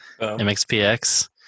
MXPX